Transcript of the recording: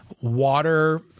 water